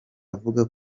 avuga